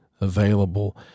available